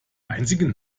einzigen